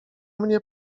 mnie